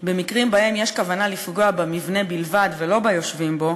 במקרים שבהם יש כוונה לפגוע במבנה בלבד ולא ביושבים בו,